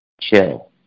chill